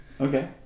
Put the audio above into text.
Okay